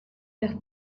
los